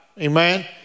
Amen